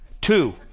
two